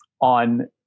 on